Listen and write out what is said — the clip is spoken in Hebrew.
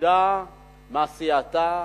מתפקודה ומעשייתה.